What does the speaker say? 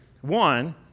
One